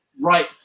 right